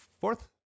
fourth